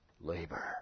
labor